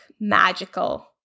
magical